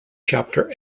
chapter